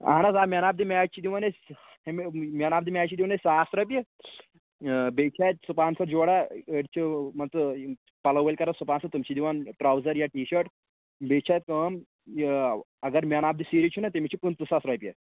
اَہَن حظ آ مین آف دَ میچ چھِ دِوان أسۍ مین آف دَ میچ چھِ دِوان أسۍ ساس رۄپیہِ بیٚیہِ چھِ اَتہِ سُپانسَر جورا أڑۍ چھِ مان ژٕ پَلو وٲلۍ کران سُپانسَر تِم چھِ دِوان ٹرٛوزَر یا ٹی شٲٹ بیٚیہِ چھِ اَتہِ کٲم یہِ اگر مین آف دَ سیٖریٖز چھُنا تٔمِس چھِ پٕنٛژٕ ساس رۄپیہِ